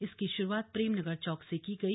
इसकी शुरुआत प्रेम नगर चौक से की गई